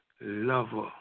lover